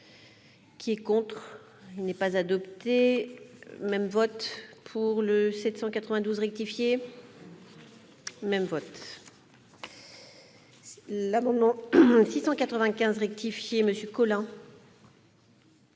Qui est contre, il n'est pas adopté même vote pour le 792 rectifié. Même vote. L'amendement 695 rectifié, monsieur